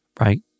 right